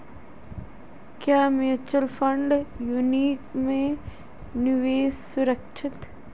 क्या mutual fund unit में निवेश सुरक्षित है?